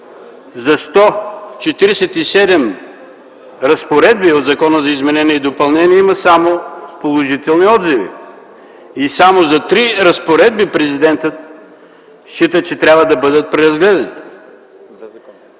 за 147 разпоредби в закона за изменение и допълнение има само положителни отзиви и само за 3 разпоредби президентът счита, че трябва да бъдат преразгледани.